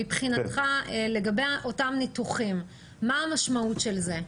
מבחינתך, לגבי אותם ניתוחים - מה המשמעות של זה?